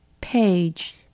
page